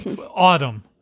autumn